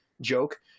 joke